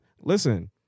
listen